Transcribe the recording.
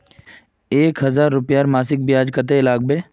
एक हजार रूपयार मासिक ब्याज कतेक लागबे?